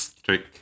Trick